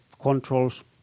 controls